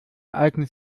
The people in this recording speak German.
eignet